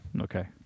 Okay